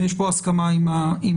יש כאן הסכמה עם הממשלה.